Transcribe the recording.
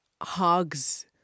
hugs